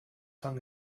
hung